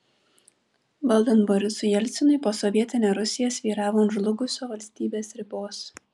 valdant borisui jelcinui posovietinė rusija svyravo ant žlugusio valstybės ribos